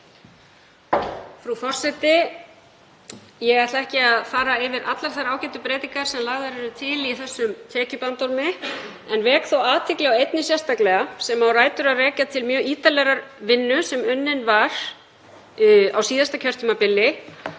forseti. Ég ætla ekki að fara yfir allar þær ágætu breytingar sem lagðar eru til í þessum tekjubandormi en vek þó athygli á einni sérstaklega sem á rætur að rekja til mjög ítarlegrar vinnu sem unnin var á síðasta kjörtímabili